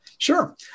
Sure